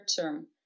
term